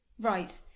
Right